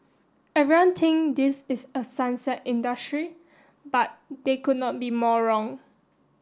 everyone think this is a sunset industry but they could not be more wrong